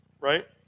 right